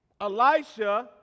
Elisha